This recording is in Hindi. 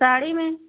साड़ी में